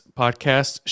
podcast